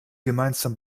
gemeinsam